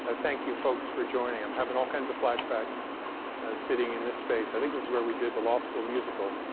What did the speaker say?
ah thank you folks for joining. i'm having all kinds of flashbacks sitting in this space. i think this is where we did the law school musical,